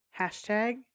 Hashtag